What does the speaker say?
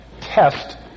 test